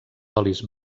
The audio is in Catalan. olis